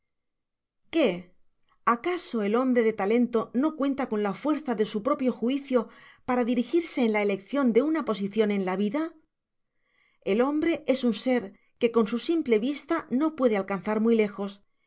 acaso el hombre de talento no cuenta con la fuerza de su propio juicio para dirigirse en la eleccion de una posicion en la vida el hombre es un ser que con su simple vista no puede alcanzar muy lejos